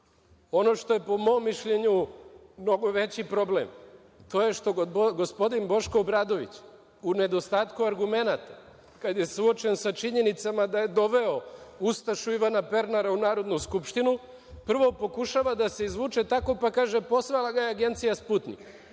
što je po mom mišljenju mnogo veći problem, to je što gospodin Boško Obradović, u nedostatku argumenata, kad je suočen sa činjenicama da je doveo ustašu Ivana Pernara u Narodnu skupštinu, prvo pokušava da se izvuče tako, pa kaže – poslala ga je agencija Sputnik.